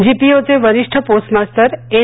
जी P O चे वरिष्ठ postmaster N